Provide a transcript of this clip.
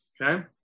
Okay